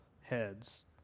heads